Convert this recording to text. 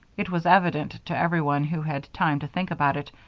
it was evident to anyone who had time to think about it,